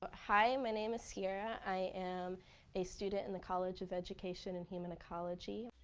ah hi, my name is sierra. i am a student in the college of education and human ecology.